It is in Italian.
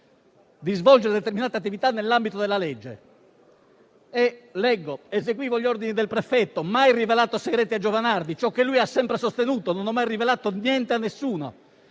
di svolgere determinati compiti nell'ambito della legge. Leggo: «Eseguivo gli ordini del prefetto, mai rivelato segreti a Giovanardi»; è ciò che lui ha sempre sostenuto, ossia di non aver mai rivelato niente a nessuno.